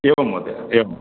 एवं महोदय एवं